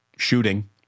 Shooting